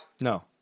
No